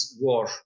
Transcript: war